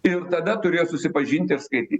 ir tada turėjo susipažinti ir skaityt